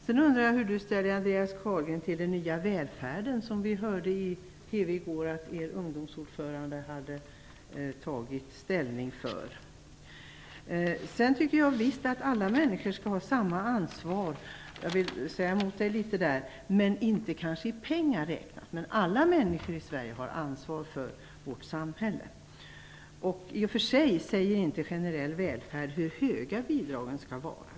Jag undrar hur Andreas Carlgren ställer sig till den nya välfärden, som vi i går hörde i TV att ert ungdomsförbunds ordförande hade tagit ställning för. Jag tycker visst att alla människor skall ha samma ansvar, men kanske lika i pengar räknat. Men alla människor i Sverige har ansvar för vårt samhälle. I och sig säger inte generell välfärd hur höga bidragen skall vara.